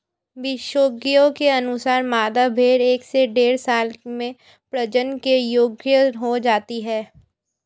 विशेषज्ञों के अनुसार, मादा भेंड़ एक से डेढ़ साल में प्रजनन के योग्य हो जाती है